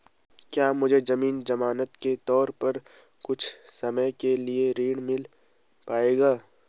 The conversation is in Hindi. क्या मुझे ज़मीन ज़मानत के तौर पर कुछ समय के लिए ऋण मिल पाएगा?